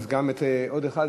עוד אחד,